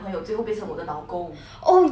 oh ya eh